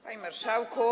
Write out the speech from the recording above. Panie Marszałku!